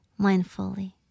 mindfully